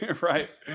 Right